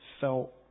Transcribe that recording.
felt